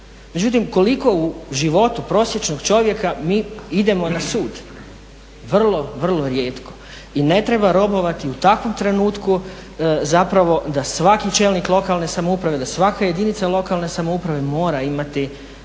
Međutim, koliko u životu prosječnog čovjeka mi idemo na sud? Vrlo, vrlo rijetko i ne treba robovati u takvom trenutku, zapravo da svaki čelnik lokalne samouprave, da svaka jedinica lokalne samouprave mora imati